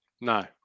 No